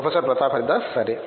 professor Pratap Haridas సరే